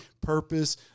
purpose